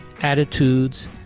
attitudes